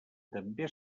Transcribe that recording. també